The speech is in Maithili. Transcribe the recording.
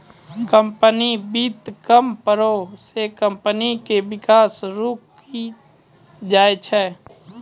कंपनी वित्त कम पड़ै से कम्पनी के विकास रुकी जाय छै